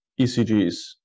ECGs